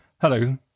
Hello